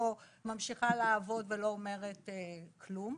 או ממשיכה לעבוד ולא אומרת כלום.